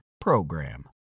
PROGRAM